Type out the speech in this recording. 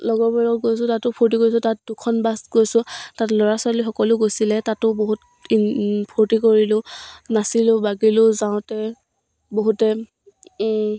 লগৰবোৰৰ লগত গৈছোঁ তাতো ফূৰ্তি কৰিছোঁ তাত দুখন বাছ গৈছোঁ তাত ল'ৰা ছোৱালীসকলো গৈছিলে তাতো বহুত ফূৰ্তি কৰিলোঁ নাচিলোঁ বাগিলোঁ যাওঁতে বহুতে